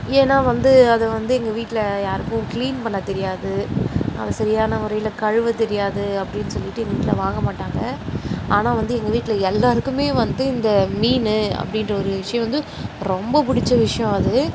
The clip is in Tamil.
ஏன்னா வந்து அதை வந்து எங்கள் வீட்டில் யாருக்கும் கிளீன் பண்ண தெரியாது அதை சரியான முறையில் கழுவத் தெரியாது அப்படின் சொல்லிவிட்டு எங்கள் வீட்டில் வாங்க மாட்டாங்க ஆனால் வந்து எங்கள் வீட்டில் எல்லோருக்குமே வந்து இந்த மீன் அப்படின்ற ஒரு விஷயோம் வந்து ரொம்ப பிடிச்ச விஷயோம் அது